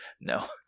No